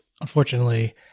Unfortunately